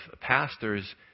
pastors